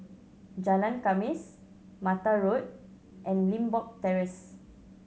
Jalan Khamis Mata Road and Limbok Terrace